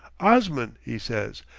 osman, he says,